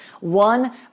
one